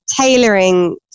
tailoring